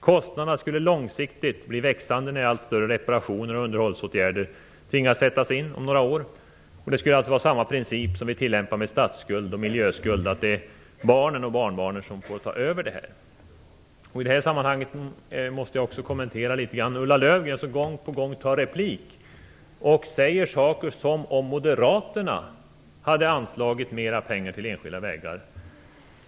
Kostnaderna skulle långsiktigt växa när man tvingas sätta in allt större reparationer och underhållsåtgärder om några år. Det skulle alltså vara samma princip som vi tillämpar med statsskuld och miljöskuld, det är barnen och barnbarnen som får ta över. I det här sammanhanget måste jag också kommentera litet grand att Ulla Löfgren gång på gång tar replik och säger saker som om moderaterna hade anslagit mer pengar till enskilda vägar.